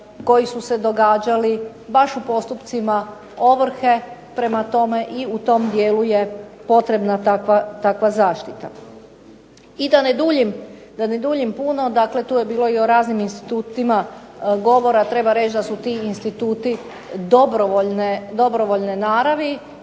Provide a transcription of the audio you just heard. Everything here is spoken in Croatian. koji su se događali baš u postupcima ovrhe, prema tome i u tom dijelu je potrebna takva zaštita. I da ne duljim puno, dakle tu je bilo i o raznim institutima govora, treba reći da su ti instituti dobrovoljne naravi.